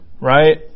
right